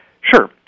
Sure